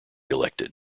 elected